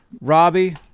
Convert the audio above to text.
Robbie